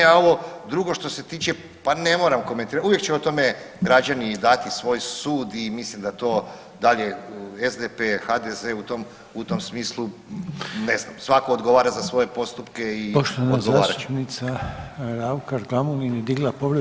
A ovo drugo što se tiče, pa ne moram komentirati, uvijek će o tome građani dati svoj sud i mislim da to dalje SDP, HDZ, u tom smislu ne znam, svatko odgovara za svoje postupke i odgovarat će.